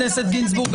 חולים.